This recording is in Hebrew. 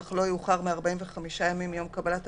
אך לא יאוחר מ-45 ימים מיום קבלת הבקשה,